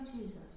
Jesus